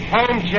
Home